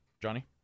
Johnny